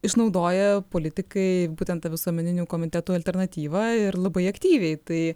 išnaudoja politikai būtent ta visuomeninių komitetų alternatyvą ir labai aktyviai tai